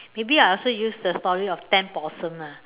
maybe I also use the story of ten possum ah